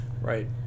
Right